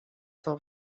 del